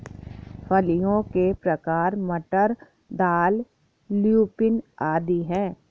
फलियों के प्रकार मटर, दाल, ल्यूपिन आदि हैं